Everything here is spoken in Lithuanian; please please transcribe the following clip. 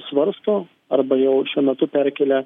svarsto arba jau šiuo metu perkelia